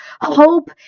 hope